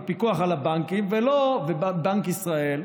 הפיקוח על הבנקים ובנק ישראל,